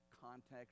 context